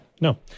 no